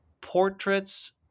portraits